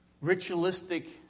ritualistic